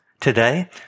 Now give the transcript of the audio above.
Today